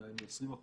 עדיין זה 20%